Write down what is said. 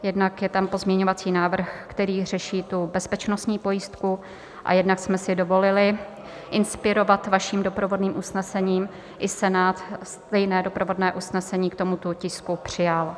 Jednak je tam pozměňovací návrh, který řeší tu bezpečnostní pojistku, a jednak jsme si dovolili inspirovat vaším doprovodným usnesením i Senát stejné doprovodné usnesení k tomuto tisku přijal.